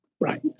Right